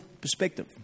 perspective